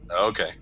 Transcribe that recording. Okay